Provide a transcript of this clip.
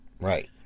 right